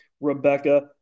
Rebecca